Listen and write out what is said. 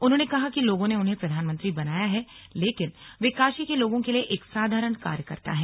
उन्होने कहा कि लोगों ने उन्हें प्रधानमंत्री बनाया है लेकिन वे काशी के लोगों के लिए एक साधारण कार्यकर्ता हैं